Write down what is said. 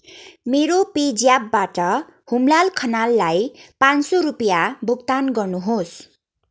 मेरो पे ज्यापबाट हुमलाल खनाललाई पाँच सौ रुपियाँ भुक्तान गर्नुहोस्